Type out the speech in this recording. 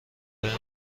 های